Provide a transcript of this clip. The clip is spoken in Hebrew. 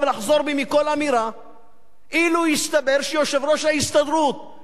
אילו הסתבר שיושב-ראש ההסתדרות ממקום מושבו,